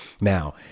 now